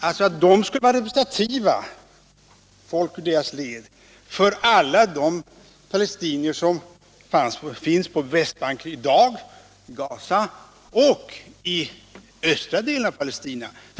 Att endast folk ur deras led skulle vara representativa för alla de andra palestinier som finns på västbanken i dag, i Gaza och i östra delen av Palestina tror jag inte.